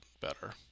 better